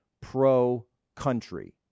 pro-country